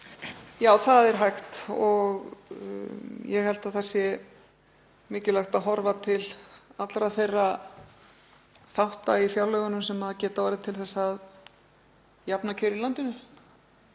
Já, það er hægt og ég tel mikilvægt að horfa til allra þeirra þátta í fjárlögunum sem geta orðið til þess að jafna kjör í landinu,